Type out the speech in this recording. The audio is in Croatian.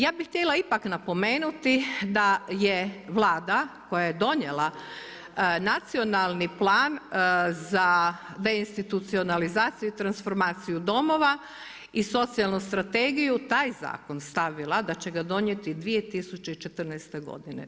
Ja bih htjela ipak napomenuti da je Vlada koja je donijela Nacionalni plan za deinstitucionalizaciju i transformaciju domova i Socijalnu strategiju taj zakon stavila da će ga donijeti 2014. godine.